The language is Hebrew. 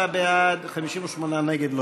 57 בעד, 58 נגד.